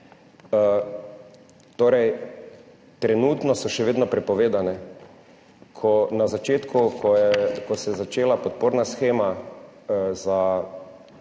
Torej, trenutno so še vedno prepovedane, ko na začetku, ko se je začela podporna shema za